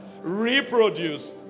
reproduce